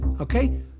okay